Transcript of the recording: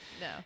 No